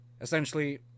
essentially